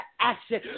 action